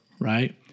right